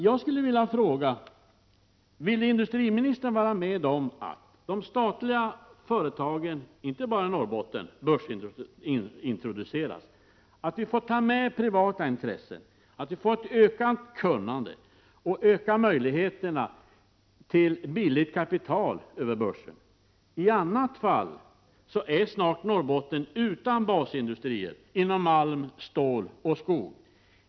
Jag skulle vilja fråga: Vill industriministern vara med om att de statliga företagen — inte bara i Norrbotten — börsintroduceras, så att vi får ta med privata intressen och så att vi får ett ökat kunnande och ökade möjligheter till billigt kapital över börsen? I annat fall är snart Norrbotten utan basindustrier inom malm-, ståloch skogsområdena.